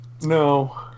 No